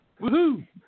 Woohoo